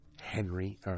Henry